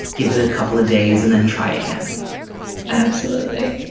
give it a couple of days and then try again absolutely.